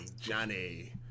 Johnny